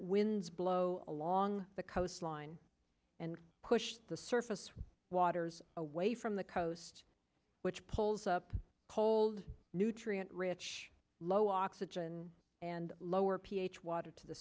winds blow along the coastline and push the surface waters away from the coast which pulls up cold nutrient rich low oxygen and lower ph water to the